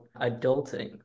adulting